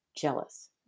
jealous